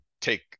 take